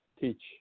teach